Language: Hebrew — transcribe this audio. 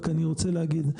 ואני רק רוצה להגיד.